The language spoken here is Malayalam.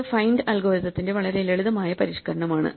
ഇത് ഫൈൻഡ് അൽഗോരിത്തിന്റെ വളരെ ലളിതമായ പരിഷ്ക്കരണമാണ്